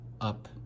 up